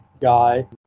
guy